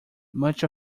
much